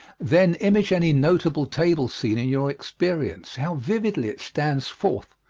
then image any notable table scene in your experience how vividly it stands forth,